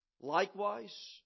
likewise